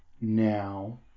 now